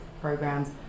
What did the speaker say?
programs